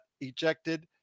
ejected